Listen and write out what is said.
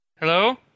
Hello